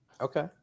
Okay